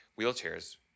wheelchairs